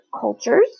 cultures